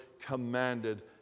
commanded